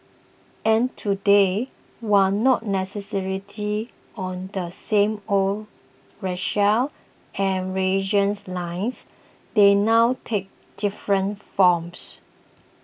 and today while not necessarily on the same old racial and religious lines they now take different forms